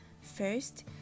First